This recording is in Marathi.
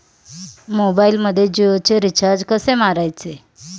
मोबाइलमध्ये जियोचे रिचार्ज कसे मारायचे?